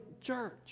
church